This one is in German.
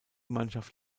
mannschaft